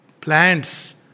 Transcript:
plants